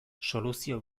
soluzio